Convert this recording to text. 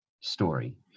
story